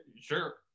Sure